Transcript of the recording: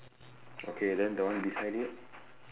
okay then the one beside it